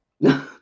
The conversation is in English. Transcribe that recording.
No